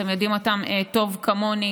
אתם יודעים אותם טוב כמוני.